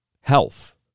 health